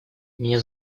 меня